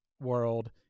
world